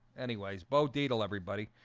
anyways bo dietl everybody.